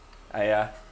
!aiya!